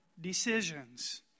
decisions